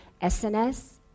SNS